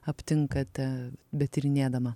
aptinkate betyrinėdama